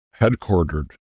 headquartered